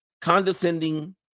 condescending